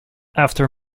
after